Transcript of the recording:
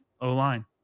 O-line